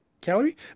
calorie